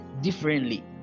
differently